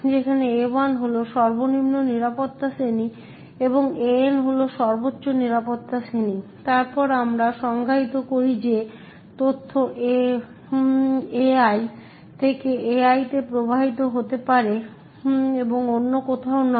যেখানে A1 হল সর্বনিম্ন নিরাপত্তা শ্রেণী এবং AN হল সর্বোচ্চ নিরাপত্তা শ্রেণী তারপর আমরা সংজ্ঞায়িত করি যে তথ্য AI থেকে AI তে প্রবাহিত হতে পারে এবং অন্য কোথাও নয়